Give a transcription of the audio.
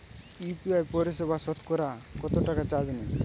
UPI পরিসেবায় সতকরা কতটাকা চার্জ নেয়?